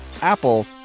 Apple